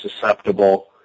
susceptible